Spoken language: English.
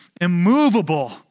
immovable